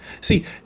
See